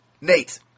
Nate